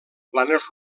planes